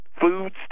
food